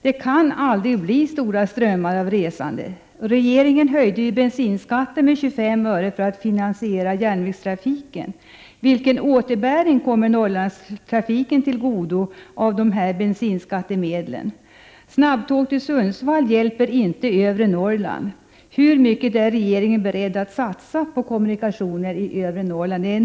Det kan aldrig bli stora strömmar av resande.